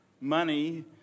money